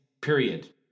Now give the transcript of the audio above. period